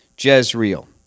Jezreel